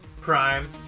prime